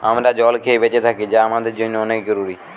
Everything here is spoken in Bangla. আমরা জল খেয়ে বেঁচে থাকি যা আমাদের জন্যে অনেক জরুরি